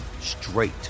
straight